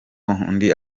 undi